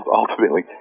ultimately